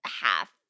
half